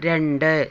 രണ്ട്